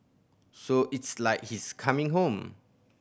so It's like he's coming home